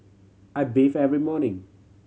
I bathe every morning